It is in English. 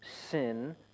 sin